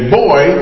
boy